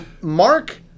Mark